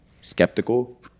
skeptical